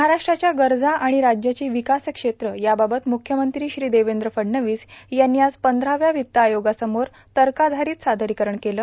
महाराष्ट्राच्या गरजा आाण राज्याची र्विकास क्षेत्रे याबाबत मुख्यमंत्री श्री देवद्र फडणवीस यांनी आज पंधराव्या वित्त आयोगासमोर तकार्धारत सादरोकरण केलं